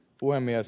puhemies